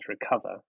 recover